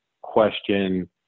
question